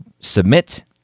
submit